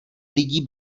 lidí